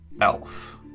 elf